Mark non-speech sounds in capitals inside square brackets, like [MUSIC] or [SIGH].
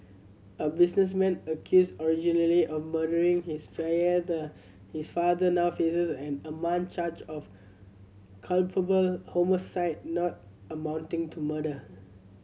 a businessman accused originally of murdering his [UNINTELLIGIBLE] his father now faces an amended charge of culpable homicide not amounting to murder